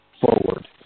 forward